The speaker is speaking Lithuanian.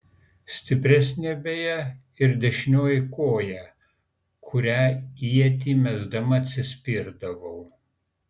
stipresnė beje ir dešinioji koja kuria ietį mesdama atsispirdavau